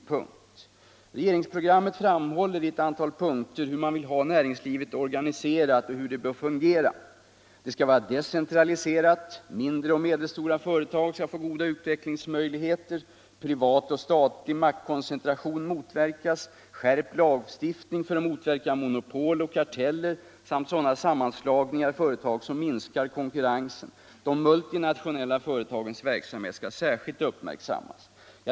Allmänpolitisk debatt Allmänpolitisk debatt Regeringsprogrammet framhåller i ett antal punkter hur man vill ha näringslivet organiserat och hur det bör fungera: det skall vara decentraliserat: mindre och medelstora företag skall få goda utvecklingsmöjligheter; privat och statlig maktkoncentration motverkas: de multinationella företagens verksamhet skall särskilt uppmärksammas.